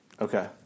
Okay